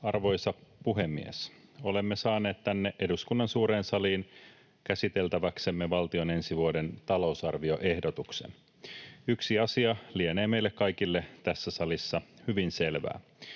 Arvoisa puhemies! Olemme saaneet tänne eduskunnan suureen saliin käsiteltäväksemme valtion ensi vuoden talousarvioehdotuksen. Yksi asia lienee meille kaikille tässä salissa hyvin selvää: